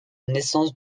naissance